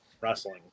wrestling